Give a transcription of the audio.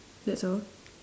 that's all